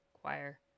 choir